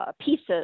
pieces